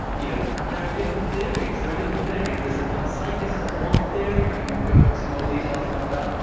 you know and there are different theories. there are different theories. there's a panpsychist has one theory and we could go into more details about that.